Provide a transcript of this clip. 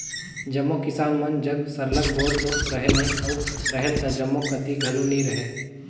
जम्मो किसान मन जग सरलग बोर तो रहें नई अउ रहेल त जम्मो कती घलो नी रहे